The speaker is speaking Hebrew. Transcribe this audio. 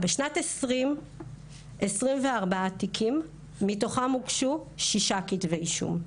בשנת 2020 24 תיקים מתוכם הוגשו שישה כתבי אישום.